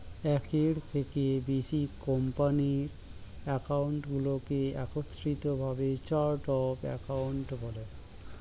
একের থেকে বেশি কোম্পানির অ্যাকাউন্টগুলোকে একত্রিত ভাবে চার্ট অফ অ্যাকাউন্ট বলে